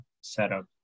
setup